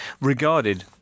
regarded